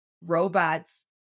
robots